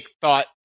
thought